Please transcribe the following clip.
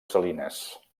salines